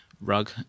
rug